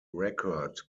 record